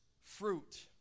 fruit